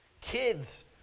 Kids